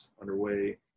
underway